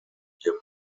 dem